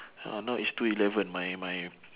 ya now is two eleven my my